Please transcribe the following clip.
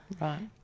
right